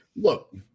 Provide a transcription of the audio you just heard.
Look